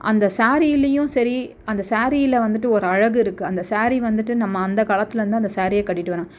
அந்த சேரீயிலேயும் சரி அந்த சேரீயில் வந்துட்டு ஓர் அழகு இருக்குது அந்த சேரீ வந்துட்டு நம்ம அந்த காலத்திலேருந்து அந்த சேரீயை கட்டிகிட்டு வரோம்